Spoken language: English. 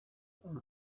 own